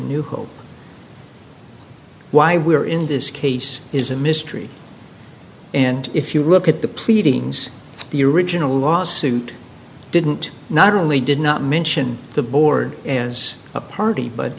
new hope why we are in this case is a mystery and if you look at the pleadings the original lawsuit didn't not only did not mention the board as a party but